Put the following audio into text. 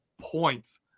points